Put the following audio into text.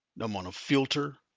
now i'm gonna filter,